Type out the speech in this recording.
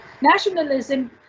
nationalism